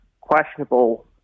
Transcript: questionable